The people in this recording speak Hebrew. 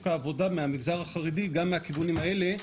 העבודה מהמגזר החרדי גם מהכיוונים האלה,